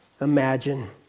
imagine